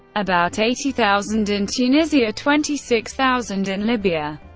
about eighty thousand in tunisia, twenty six thousand in libya.